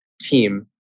team